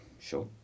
sure